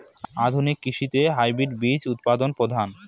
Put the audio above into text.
আধুনিক কৃষিতে হাইব্রিড বীজ উৎপাদন প্রধান